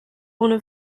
ohne